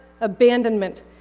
abandonment